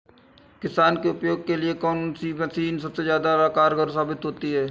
किसान के उपयोग के लिए कौन सी मशीन सबसे ज्यादा कारगर साबित होती है?